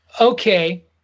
okay